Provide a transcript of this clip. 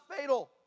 fatal